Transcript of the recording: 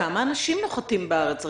כמה אנשים נוחתים בארץ?